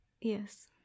Yes